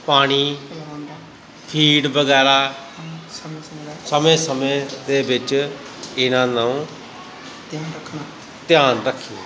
ਪਾਣੀ ਫੀਡ ਵਗੈਰਾ ਸਮੇਂ ਸਮੇਂ ਦੇ ਵਿੱਚ ਇਹਨਾਂ ਨੂੰ ਧਿਆਨ ਰੱਖੀਏ